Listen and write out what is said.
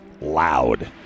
loud